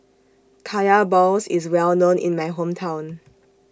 Kaya Balls IS Well known in My Hometown